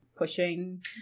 pushing